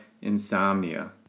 insomnia